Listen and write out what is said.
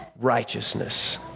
righteousness